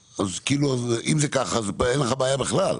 כאילו, אם זה ככה, אז אין לך בעיה בכלל.